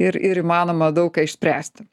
ir ir įmanoma daug ką išspręsti